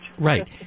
Right